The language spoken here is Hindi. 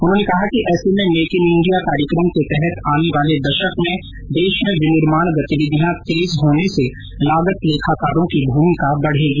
उन्होंने कहा कि ऐसे में मेक इन इंडिया कार्यक्रम के तहत आने वाले दशक में देश में विनिर्माण गतिविधियां तेज होने से लागत लेखाकारों की भूमिका बढ़ेगी